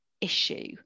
issue